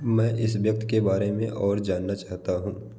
मैं इस व्यक्ति के बारे में और जानना चाहता हूँ